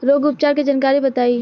रोग उपचार के जानकारी बताई?